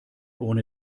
urne